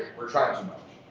we're trying too much.